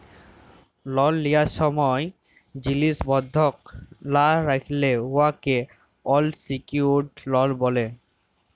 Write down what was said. লল লিয়ার ছময় জিলিস বল্ধক লা রাইখলে উয়াকে আলসিকিউর্ড লল ব্যলে